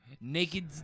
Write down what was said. Naked